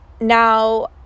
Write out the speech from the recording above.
Now